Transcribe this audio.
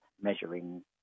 measuring